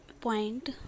Point